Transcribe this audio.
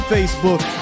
Facebook